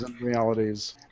realities